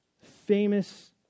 famous